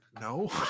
no